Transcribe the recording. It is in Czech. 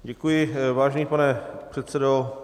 Děkuji, vážený pane předsedo.